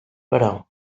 però